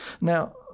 now